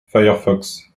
firefox